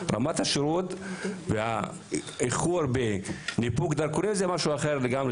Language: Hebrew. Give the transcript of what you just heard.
רמת השירות והאיחור בניפוק דרכונים זה משהו אחר לגמרי,